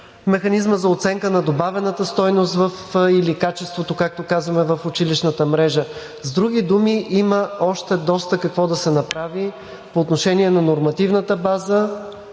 механизма за оценка на добавената стойност или качеството, както казваме в училищната мрежа. С други думи има какво още да се направи по отношение на нормативната база,